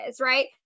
right